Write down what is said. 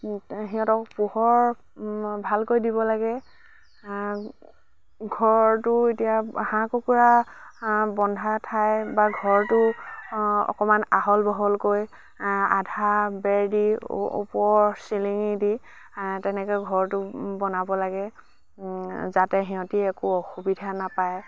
সিহঁতক পোহৰ ভালকৈ দিব লাগে ঘৰটো এতিয়া হাঁহ কুকুৰা বন্ধা ঠাই বা ঘৰটো অকমান আহল বহলকৈ আধা বেৰ দি ওপৰ চিলিঙি দি তেনেকৈ ঘৰটো বনাব লাগে যাতে সিহঁতি একো অসুবিধা নাপায়